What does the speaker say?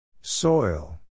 Soil